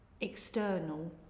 external